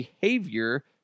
behavior